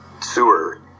Sewer